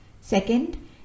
Second